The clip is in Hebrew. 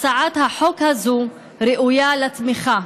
הצעת החוק הזו ראויה לתמיכה,